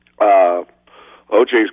O.J.'s